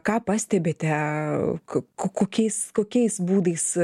ką pastebite ko kokiais kokiais būdais